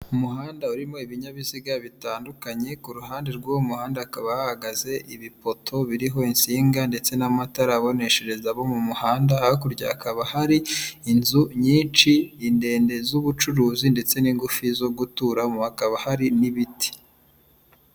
Umuhanda urimo ibinyabiziga bitandukanye kuru ruhande rw'uwo muhanda akaba ahahagaze ibipoto biriho insinga ndetse n'amatara aboneshereza abo mu muhanda hakurya hakaba hari inzu nyinshi ndende z'ubucuruzi ndetse n'ingufu zo guturamo hakaba hari n'ibiti.